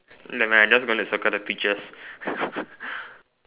never mind I am just going to circle the pictures